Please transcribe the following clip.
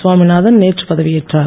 சுவாமிநாதன் நேற்று பதவியேற்றார்